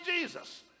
jesus